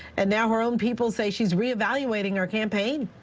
and now her own people say she's re-evaluating her campaign.